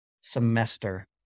semester